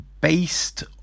based